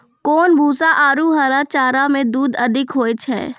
कोन भूसा आरु हरा चारा मे दूध अधिक होय छै?